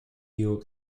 york